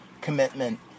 commitment